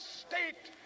state